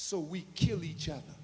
so we kill each other